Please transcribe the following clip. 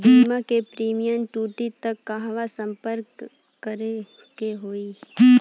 बीमा क प्रीमियम टूटी त कहवा सम्पर्क करें के होई?